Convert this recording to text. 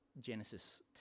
Genesis